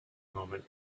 moment